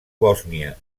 bòsnia